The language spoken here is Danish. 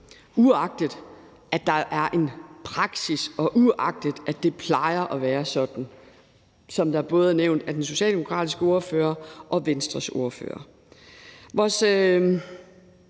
uagtet at der er en praksis, og uagtet at det plejer at være sådan, som det både er nævnt af den socialdemokratiske ordfører og af Venstres ordfører